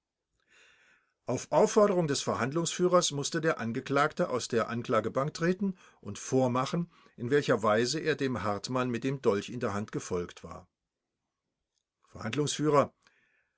auf auffordern des verhandlungsführers mußte der angeklagte aus der anklagebank treten und vormachen in welcher weise er dem hartmann mit dem dolch in der hand gefolgt war